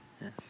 Yes